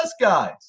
guys